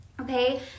okay